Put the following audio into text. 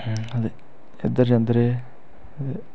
आं ते इद्धर जंदे रेह् ते